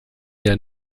der